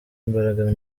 imbaraga